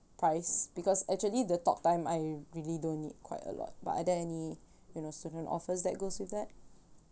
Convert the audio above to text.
price because actually the talk time I really don't need quite a lot but are there any you know student offers that goes with that